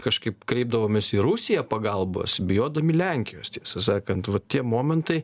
kažkaip kreipdavomės į rusiją pagalbos bijodami lenkijos tiesą sakant tie momentai